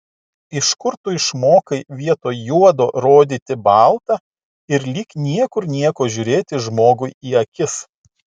iš kur tu išmokai vietoj juodo rodyti balta ir lyg niekur nieko žiūrėti žmogui į akis